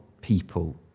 people